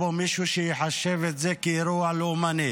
מכובדי היושב-ראש,